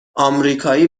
امریکایی